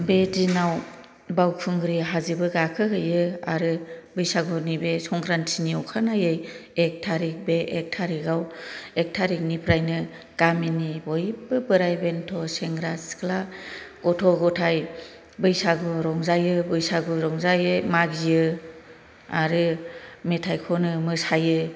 बे दिनाव बावखुंग्रि हाजो बो गाखो हैयो आरो बैसागुनि बे संक्रानतिनि अखानायै एक टारिक बे एक टारिकआव एक टारिकनिफ्रायनो गामिनि बयबो बोराय बेनथ' सेंग्रा सिख्ला गथ' गथाय बैसागु रंजायो बैसागु रंजायो मागियो आरो मेथाइ खनो मोसायो